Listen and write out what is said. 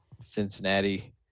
Cincinnati